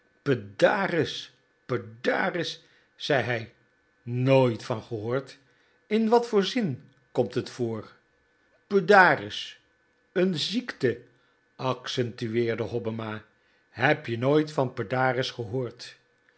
pedaris zei hij nooit van gehoord in wat voor zin komt t voor pedaris n ziekte accentueerde hobbema heb je nooit van pedaris gehoord